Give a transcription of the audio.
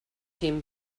him